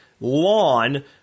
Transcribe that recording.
lawn